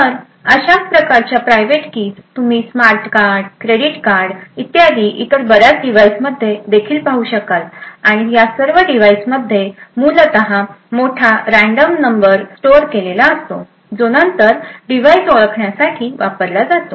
तर अशाच प्रकारच्या प्रायव्हेट कीज तुम्ही स्मार्ट कार्ड क्रेडिट कार्ड इत्यादी इतर बर्याच डिव्हाइसमध्ये देखील पाहू शकाल आणि या सर्व डिव्हाइस मध्ये मूलत मोठा रँडम नंबर स्टोअर केलेला असतो जो नंतर डिव्हाइस ओळखण्यासाठी वापरला जातो